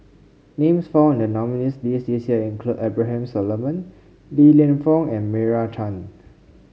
names found in the nominees' list this year include Abraham Solomon Li Lienfung and Meira Chand